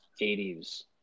80s